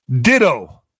Ditto